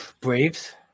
Braves